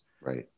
Right